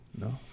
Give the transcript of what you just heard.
No